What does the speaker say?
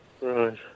Right